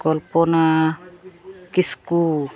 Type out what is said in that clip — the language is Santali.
ᱠᱚᱞᱯᱚᱱᱟ ᱠᱤᱥᱠᱩ